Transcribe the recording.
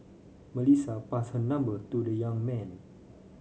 Melissa passed her number to the young man